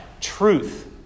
Truth